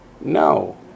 No